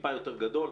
טיפה יותר גדול.